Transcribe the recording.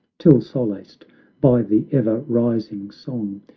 till solaced by the ever-rising song,